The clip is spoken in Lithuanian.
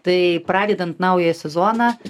tai pradedant naują sezoną